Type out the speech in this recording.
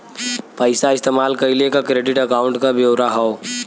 पइसा इस्तेमाल कइले क क्रेडिट अकाउंट क ब्योरा हौ